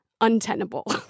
untenable